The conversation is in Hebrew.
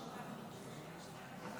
אנחנו עוברים להצבעה על ההצעה להביע